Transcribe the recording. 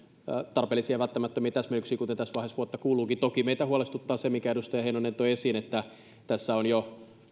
tarpeellisia ja välttämättömiä täsmennyksiä kuten tässä vaiheessa vuotta kuuluukin toki meitä huolestuttaa se minkä edustaja heinonen toi esiin että tässä on jo